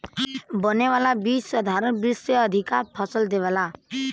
बने वाला बीज साधारण बीज से अधिका फसल देवेला